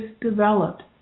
developed